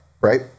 right